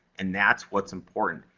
and that's what's important.